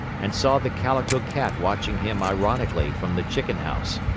and saw the calico cat watching him ironically from the chicken-house.